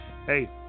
Hey